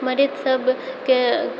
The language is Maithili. मरीज सबके